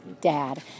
dad